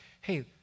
hey